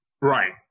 Right